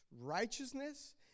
righteousness